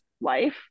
life